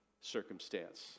circumstance